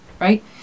right